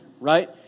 right